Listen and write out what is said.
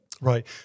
Right